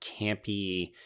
campy